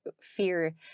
fear